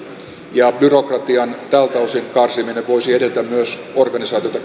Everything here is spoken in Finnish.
ja byrokratian tältä osin karsiminen voisi edetä myös organisaatiota